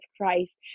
Christ